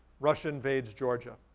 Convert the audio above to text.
russia invades georgia.